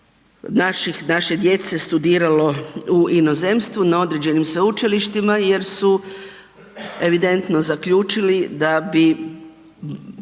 naše djece studiralo u inozemstvu na određenim sveučilištima jer su evidentno zaključili da bi